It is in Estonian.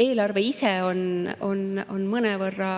eelarve ise on mõnevõrra